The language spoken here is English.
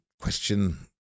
question